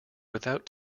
without